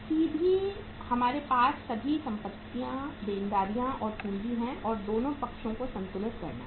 सीधे हमारे पास सभी संपत्तियां देनदारियां और पूंजी हैं और दोनों पक्षों को संतुलित करना है